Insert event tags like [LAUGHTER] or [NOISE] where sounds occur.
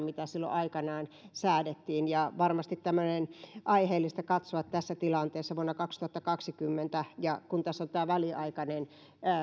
[UNINTELLIGIBLE] mitä silloin aikanaan säädettiin ja varmasti on aiheellista katsoa tässä tilanteessa vuonna kaksituhattakaksikymmentä ja kun tässä on tämä väliaikainen